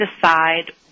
decide